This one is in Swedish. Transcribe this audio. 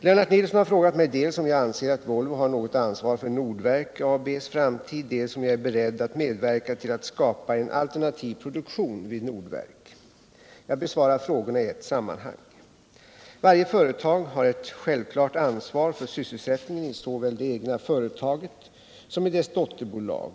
Lennart Nilsson har frågat mig, dels om jag anser att Volvo har något ansvar för Nordverk AB:s framtid, dels om jag är beredd att medverka till att skapa en alternativ produktion vid Nordverk. Jag besvarar frågorna i ett sammanhang. Varje företag har ett självklart ansvar för sysselsättningen såväl i det egna företaget som i dess dotterbolag.